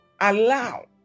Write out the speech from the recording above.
Allow